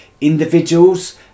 individuals